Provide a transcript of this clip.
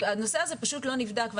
הנושא הזה פשוט לא נבדק.